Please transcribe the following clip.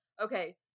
Okay